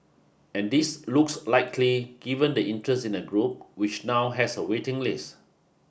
and this looks likely given the interest in the group which now has a waiting list